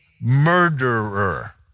murderer